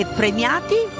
premiati